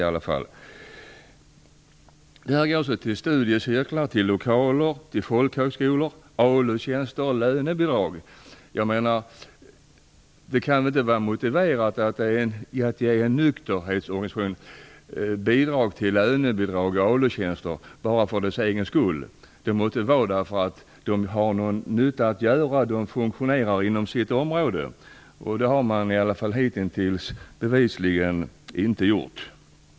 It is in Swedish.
Dessa anslag går alltså till studiecirklar, lokaler, folkhögskolor, ALU-tjänster och lönebidrag. Det kan väl inte vara motiverat att man ger en nykterhetsorganisation anslag till lönebidrag och ALU-tjänster bara för deras egen skull. Det måste ju ske på grund av att de gör någon nytta inom sitt område. Det har de bevisligen hittills inte gjort.